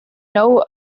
know